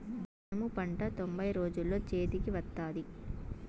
జనుము పంట తొంభై రోజుల్లో చేతికి వత్తాది